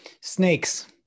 Snakes